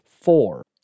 Four